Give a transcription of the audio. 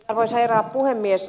arvoisa herra puhemies